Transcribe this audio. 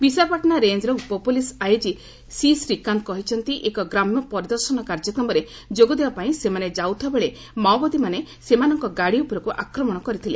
ବିଶାଖାପାଟଣା ରେଞ୍ଜର ଉପ police IG C Srikanth କହିଛନ୍ତି ଏକ ଗ୍ରାମ୍ୟ ପରିଦର୍ଶନ କାର୍ଯ୍ୟକ୍ରମରେ ଯୋଗ ଦେବାପାଇଁ ସେମାନେ ଯାଉଥିବାବେଳେ ମାଓବାଦୀମାନେ ସେମାନଙ୍କ ଗାଡ଼ି ଉପରକୃ ଆକ୍ରମଣ କରିଥିଲେ